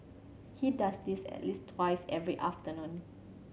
he does this at least twice every afternoon